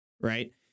right